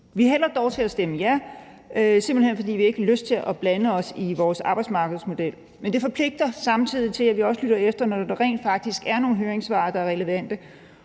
Vi hælder dog til at stemme ja, simpelt hen fordi vi ikke har lyst til at blande os i vores arbejdsmarkedsmodel, men det forpligter samtidig til, at vi også lytter efter, når der rent faktisk er nogle høringssvar, der er relevante.